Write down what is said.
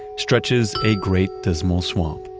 stretches a great dismal swamp.